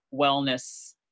wellness